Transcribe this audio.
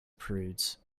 prudes